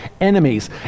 enemies